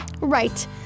Right